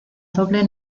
doble